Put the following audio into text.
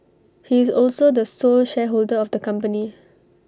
he is also the sole shareholder of the company